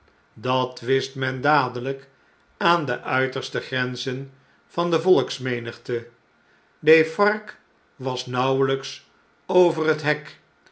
dat wist men dadeljjk aan de uiterste grenzen van de volksmenigte defarge was nauwelps over het hek